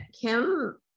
Kim